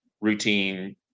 routine